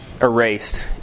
erased